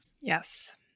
Yes